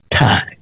time